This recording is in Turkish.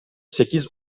sekiz